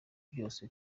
byose